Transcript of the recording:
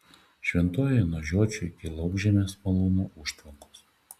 šventojoje nuo žiočių iki laukžemės malūno užtvankos